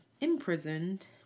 imprisoned